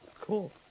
Cool